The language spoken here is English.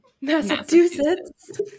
Massachusetts